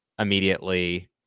immediately